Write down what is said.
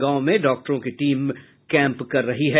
गांव में डॉक्टरों की टीम कैंप कर रही है